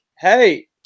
Hey